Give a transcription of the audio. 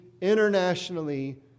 Internationally